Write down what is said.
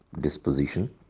disposition